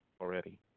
already